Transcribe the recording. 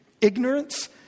ignorance